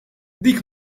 dik